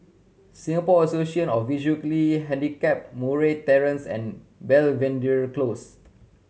Singapore Association of Visually Handicapped Murray Terrace and Belvedere Close